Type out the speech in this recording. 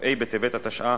כ"ה בטבת התשע"א,